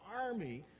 army